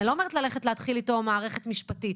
אני לא אומרת להתחיל אתו מערכת משפטית,